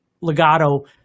legato